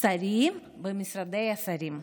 שר במשרד של שר.